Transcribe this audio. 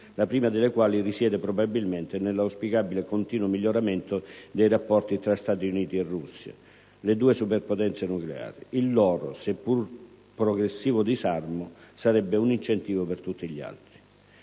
la prima delle quali risiede probabilmente nell'auspicabile continuo miglioramento dei rapporti fra Stati Uniti e Russia, le due superpotenze nucleari: il loro, seppur progressivo, disarmo sarebbe un incentivo per tutti gli altri.